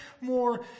more